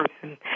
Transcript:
person